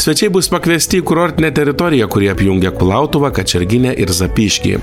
svečiai bus pakviesti į kurortinę teritoriją kuri apjungia kulautuvą kačerginę ir zapyškį